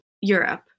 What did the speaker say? Europe